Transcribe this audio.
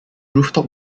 rooftop